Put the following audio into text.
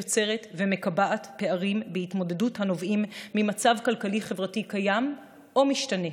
יוצרת ומקבעת פערים בהתמודדות הנובעים ממצב כלכלי-חברתי קיים או משתנה.